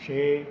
ਛੇ